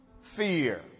fear